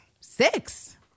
six